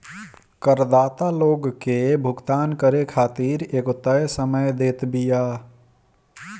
करदाता लोग के भुगतान करे खातिर एगो तय समय देत बिया